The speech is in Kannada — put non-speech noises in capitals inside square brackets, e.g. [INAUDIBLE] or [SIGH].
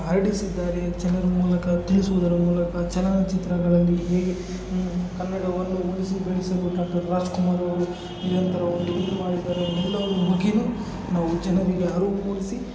ಹರಡಿಸಿದ್ದಾರೆ ಜನರ ಮೂಲಕ ತಿಳಿಸುವುದರ ಮೂಲಕ ಚಲನಚಿತ್ರಗಳಲ್ಲಿ ಹೇಗೆ ಕನ್ನಡವನ್ನು ಉಳಿಸಿ ಬೆಳೆಸಲು ಡಾಕ್ಟರ್ ರಾಜ್ಕುಮಾರ್ ಅವರು ನಿರಂತರ ಒಂದು ಇದು ಮಾಡಿದ್ದಾರೆ ಎಲ್ಲವೂ [UNINTELLIGIBLE] ನಾವು ಜನರಿಗೆ ಅರಿವು ಮೂಡಿಸಿ